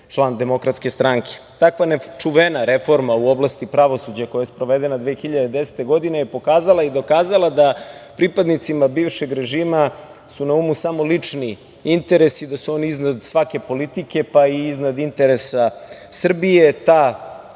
da budete član DS.Takva nečuvena reforma u oblasti pravosuđa koja je sprovedena 2010. godine je pokazala i dokazala da su pripadnicima bivšeg režima na umu samo lični interesi, da su oni iznad svake politike, pa i iznad interesa Srbije.